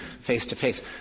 face-to-face